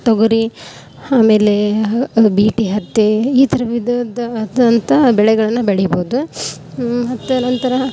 ತೊಗರಿ ಆಮೇಲೆ ಬೀಟಿ ಹತ್ತಿ ಈ ಥರ ವಿಧವಿಧವಾದಂಥ ಬೆಳೆಗಳನ್ನು ಬೆಳಿಬೋದು ಮತ್ತು ನಂತರ